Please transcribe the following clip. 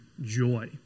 joy